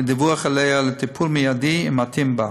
לדיווח עליה ולטיפול מיידי ומתאים בה.